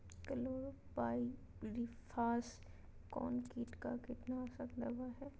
Chlorpyrifos कौन किट का कीटनाशक दवा है?